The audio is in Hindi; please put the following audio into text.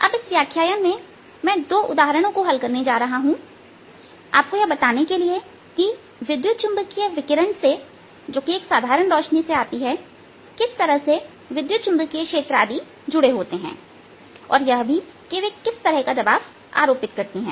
अब इस व्याख्यान में मैं दो उदाहरणों को हल करने जा रहा हूं आपको यह बताने के लिए कि विद्युत चुंबकीय विकिरण से जो कि साधारण रोशनी से आती हैं किस तरह के विद्युत चुंबकीय क्षेत्र आदि जुड़े होते हैं और यह भी कि वे किस तरह का दबाव आरोपित करती हैं